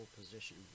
position